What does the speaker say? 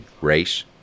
race